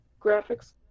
graphics